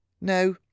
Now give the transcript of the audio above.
No